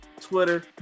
Twitter